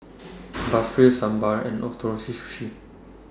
Barfi Sambar and Ootoro Fish Sushi